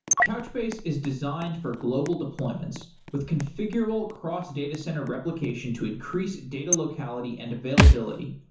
couchbase is designed for global deployments with configurable cross data center replication to increase data locality and availability.